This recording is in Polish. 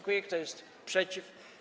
Kto jest przeciw?